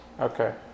Okay